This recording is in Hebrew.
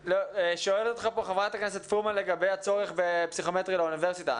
שואלת אותך פה חברת הכנסת פרומן לגבי הצורך בפסיכומטרי לאוניברסיטה.